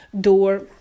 door